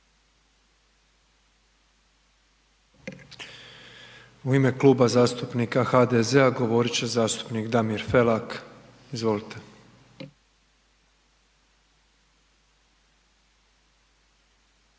U ime Kluba zastupnika HDZ-a govoriti će zastupnik Damir Felak, izvolite.